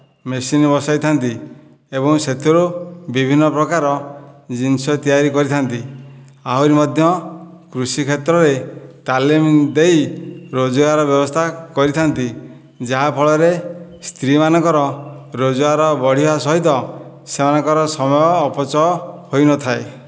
machine ବସେଇଥାନ୍ତି ଏବଂ ସେଥିରୁ ବିଭିନ୍ନ ପ୍ରକାର ଜିନିଷ ତିଆରି କରିଥାନ୍ତି ଆହୁରି ମଧ୍ୟ କୃଷି କ୍ଷେତ୍ରରେ ତାଲିମ୍ ଦେଇ ରୋଜଗାର ବ୍ୟବସ୍ଥା କରିଥାନ୍ତି ଯାହା ଫଳରେ ସ୍ତ୍ରୀ ମାନଙ୍କର ରୋଜଗାର ବଢ଼ିବା ସହିତ ସେମାନଙ୍କର ସମୟ ଅପଚୟ ହୋଇନଥାଏ